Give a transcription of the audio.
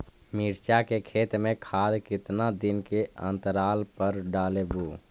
मिरचा के खेत मे खाद कितना दीन के अनतराल पर डालेबु?